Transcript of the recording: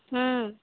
ହୁଁ